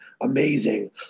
Amazing